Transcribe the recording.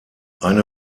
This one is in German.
eine